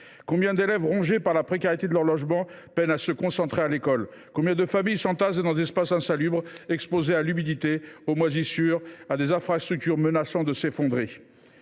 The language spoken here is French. Combien d’élèves rongés par la précarité de leur logement peinent à se concentrer à l’école ? Combien de familles s’entassent dans des espaces insalubres, exposées à l’humidité, aux moisissures, à des infrastructures menaçant de s’effondrer ?